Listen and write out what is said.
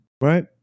right